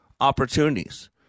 Opportunities